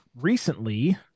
recently